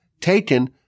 taken